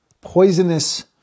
poisonous